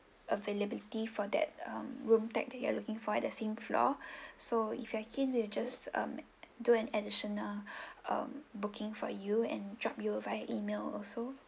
availability for that um room type that you are looking for at the same floor so if you are keen we'll just um do an additional um booking for you and drop you via email also